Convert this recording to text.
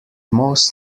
most